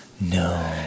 no